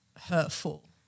hurtful